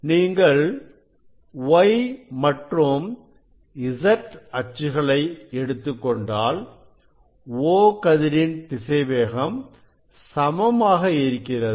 நீங்கள் Y மற்றும் Z அச்சுகளை எடுத்துக்கொண்டால் O கதிரின் திசைவேகம் சமமாக இருக்கிறது